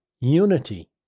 Unity